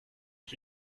ich